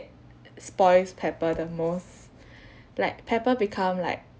spoils pepper the most like pepper become like